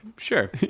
Sure